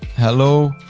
hello.